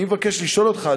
אני מבקש לשאול אותך,